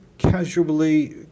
casually